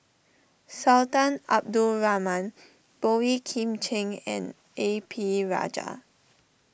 Sultan Abdul Rahman Boey Kim Cheng and A P Rajah